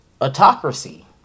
Autocracy